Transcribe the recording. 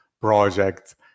projects